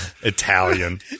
Italian